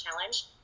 challenge